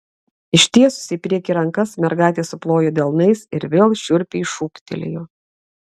ištiesusi į priekį rankas mergaitė suplojo delnais ir vėl šiurpiai šūktelėjo